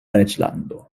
reĝlando